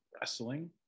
wrestling